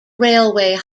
railway